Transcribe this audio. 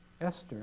Esther